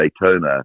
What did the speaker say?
Daytona